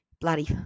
bloody